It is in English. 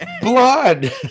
Blood